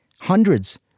Hundreds